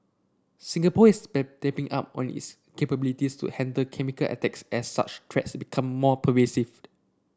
Singapore is bed up on its capabilities to handle chemical attacks as such threats become more pervasive